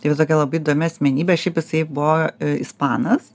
tai va tokia labai įdomi asmenybė šiaip jisai buvo ispanas